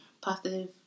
positive